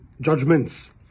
Judgments